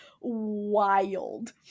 wild